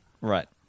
right